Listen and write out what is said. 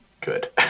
good